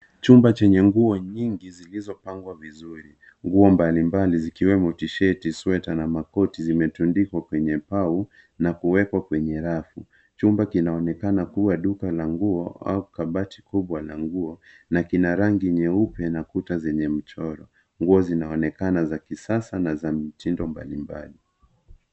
Chumba chenye ngu nyingi zilizopangwa vizuri. Nguo mbalimbali zikwemo tisheti, sweta na makoti zimetandikwa kwenye mbao na kuwekwa kwenye rafu. Chumba kinaonekana kuwa duka la nguo au kabati kubwa la nguo na kina rangi nyeupe na kuta zenye mchoro, nguo zinaoneka za kisasa na za mtindo mbalimbali.